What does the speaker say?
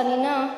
החנינה,